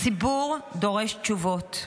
הציבור דורש תשובות.